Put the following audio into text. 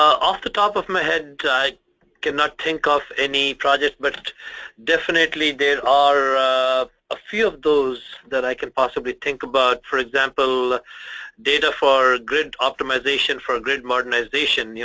off the top of my head i cannot think of any projects, but definitely there are a few of those that i can possible think about. for example data for grid optimization, for grid modernization. modernization.